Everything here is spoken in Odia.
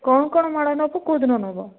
କ'ଣ କ'ଣ ମାଳ ନବ କେଉଁଦିନ ନବ